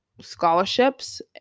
scholarships